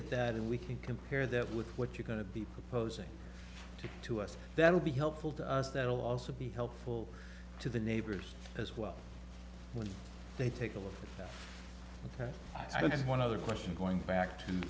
at that and we can compare that with what you're going to be proposing to us that will be helpful to us that will also be helpful to the neighbors as well when they take a look ok i don't have one other question going back to